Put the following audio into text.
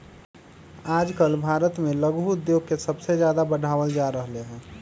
आजकल भारत में लघु उद्योग के सबसे ज्यादा बढ़ावल जा रहले है